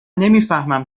نمیفهمم